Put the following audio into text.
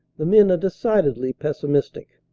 the men are decidedly pessimistic.